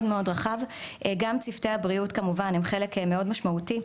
שיתוף מאוד רחב וגם צוותי הבריאות כמובן הם חלק מאוד משמעותי.